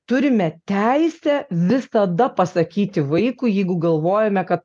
turime teisę visada pasakyti vaikui jeigu galvojame kad